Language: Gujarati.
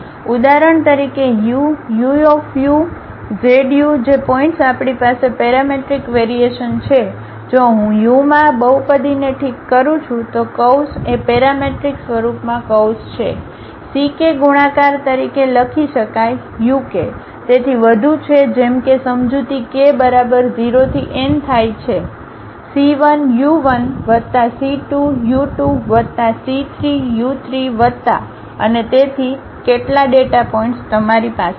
ઉદાહરણ તરીકે u u of u z u જે પોઇન્ટ્સ આપણી પાસે પેરામેટ્રિક વેરીએશન છે જો હું યુમાં બહુપદીને ઠીક કરું છું તો કર્વ્સ એ પેરામેટ્રિક સ્વરૂપમાં કર્વ્સ છે સીકે ગુણાકાર તરીકે લખી શકાય યુકે તે વધુ છે જેમ કે સમજૂતી k બરાબર 0 થી n થાય છે c 1 u 1 વત્તા c 2 u 2 વત્તા c 3 u 3 વત્તા અને તેથી કેટલા ડેટા પોઇન્ટ્સ તમારી પાસે છે